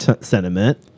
sentiment